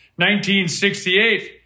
1968